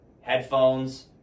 headphones